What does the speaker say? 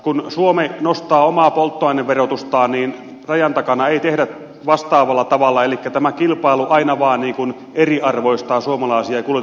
kun suomi nostaa omaa polttoaineverotustaan niin rajan takana ei tehdä vastaavalla tavalla elikkä tämä kilpailu aina vaan eriarvoistaa suomalaisia kuljetusyrittäjiä